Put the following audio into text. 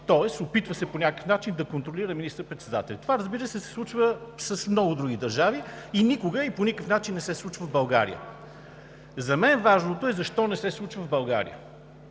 тоест опитва се по някакъв начин да контролира министър-председателя. Това, разбира се, се случва с много други държави и никога, и по никакъв начин не се случва в България. За мен важното е защо не се случва в България?